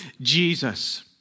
Jesus